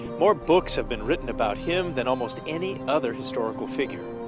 more books have been written about him than almost any other historical figure.